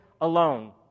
alone